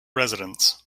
residence